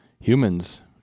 Humans